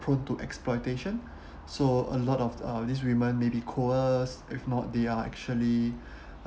prone to exploitation so a lot of uh these women may be coerced if not they are actually